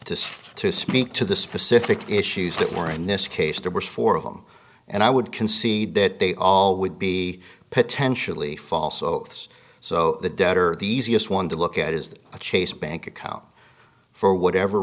see to speak to the specific issues that were in this case there were four of them and i would concede that they all would be potentially falso this so the debt or the easiest one to look at is a chase bank account for whatever